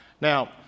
Now